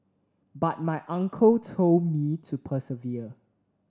but my uncle told me to persevere